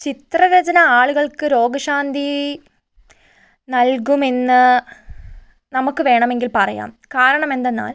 ചിത്ര രചന ആളുകൾക്ക് രോഗ ശാന്തി നൽകുമെന്ന് നമുക്ക് വേണമെങ്കിൽ പറയാം കരണമെന്തെന്നാൽ